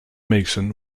mason